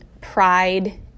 pride